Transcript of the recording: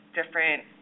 different